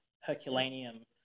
Herculaneum